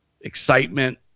excitement